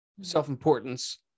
self-importance